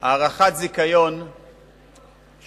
הארכת זיכיון היא